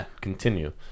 continue